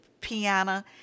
piano